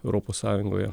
europos sąjungoje